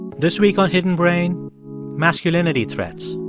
this week on hidden brain masculinity threats.